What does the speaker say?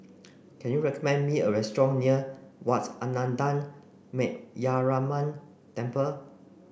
can you recommend me a restaurant near Wat Ananda Metyarama Temple